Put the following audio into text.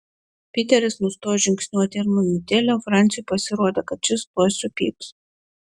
piteris nustojo žingsniuoti ir minutėlę franciui pasirodė kad šis tuoj supyks